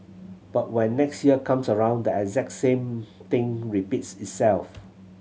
but when next year comes around the exact same thing repeats itself